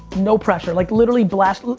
no pressure, like literally blast,